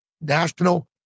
national